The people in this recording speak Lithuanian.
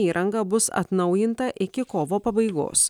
įranga bus atnaujinta iki kovo pabaigos